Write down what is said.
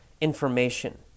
information